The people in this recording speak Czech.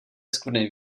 skvrny